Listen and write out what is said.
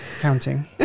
counting